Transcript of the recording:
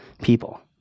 people